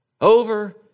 Over